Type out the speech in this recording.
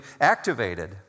activated